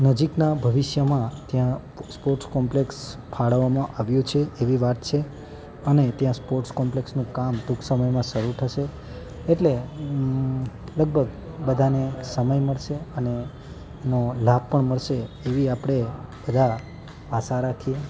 નજીકના ભવિષ્યમાં ત્યાં સ્પોર્ટ્સ કોમ્પ્લેક્સ ફાળવવામાં આવ્યો છે એવી વાત છે અને ત્યાં સ્પોર્ટ્સ કોમ્પ્લેક્સનું કામ ટૂંક સમયમાં શરૂ થશે એટલે લગભગ બધાને સમય મળશે અને એનો લાભ પણ મળશે એવી આપણે બધા આશા રાખીએ